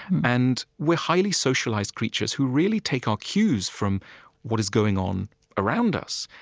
and we're highly socialized creatures who really take our cues from what is going on around us.